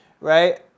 right